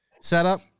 setup